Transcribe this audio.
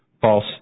false